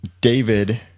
David